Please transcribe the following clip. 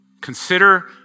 Consider